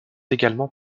également